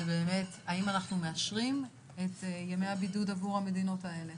זה באמת האם אנחנו מאשרים את ימי הבידוד עבור המדינות האלה.